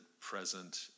present